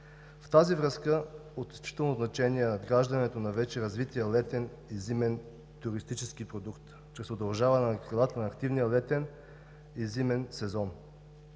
В тази връзка от изключително значение е надграждането на вече развития летен и зимен туристически продукт чрез удължаване на активния летен и зимен сезон.